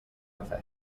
cafè